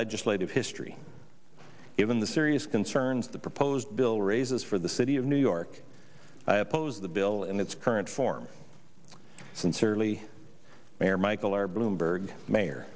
legislative history given the serious concerns the proposed bill raises for the city of new york i oppose the bill in its current form sincerely mayor michael r bloomberg